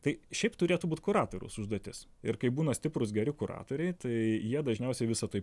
tai šiaip turėtų būt kuratoriaus užduotis ir kaip būna stiprūs geri kuratoriai tai jie dažniausiai visa tai